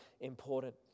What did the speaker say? important